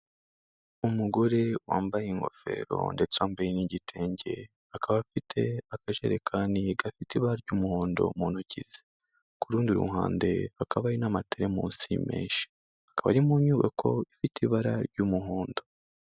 Umugore wambaye ingofero ndetse wambaye n'igitenge, akaba afite akajerekani gafite ibara ry'umuhondo mu ntoki ze, ku rundi ruhande hakaba hari n'amatereremusi menshi, akaba ari mu nyubako ifite ibara ry'umuhondo.